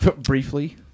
briefly